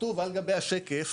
כתוב על גבי השקף